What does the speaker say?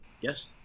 Yes